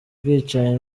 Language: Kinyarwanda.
bwicanyi